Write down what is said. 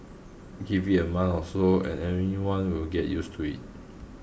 give it a month or so and anyone will get used to it